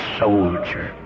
soldier